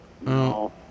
No